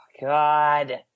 God